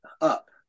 Up